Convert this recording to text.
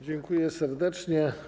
Dziękuję serdecznie.